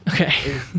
Okay